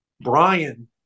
Brian